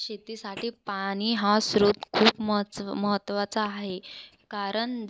शेतीसाठी पाणी हा स्रोत खूप महत्च महत्त्वाचा आहे कारण